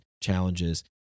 challenges